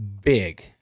big